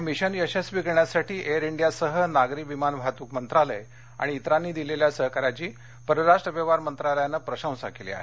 हे मिशन यशस्वी करण्यासाठी एयर इंडियासह नागरी विमान वाहतूक मंत्रालय आणि इतरांनी दिलेल्या सहकार्याची परराष्ट्र व्यवहार मंत्रालयानं प्रशंसा केली आहे